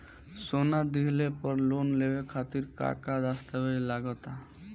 सोना दिहले पर लोन लेवे खातिर का का दस्तावेज लागा ता?